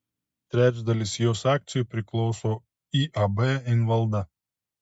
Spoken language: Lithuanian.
trečdalis jos akcijų priklauso iab invalda